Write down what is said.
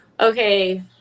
Okay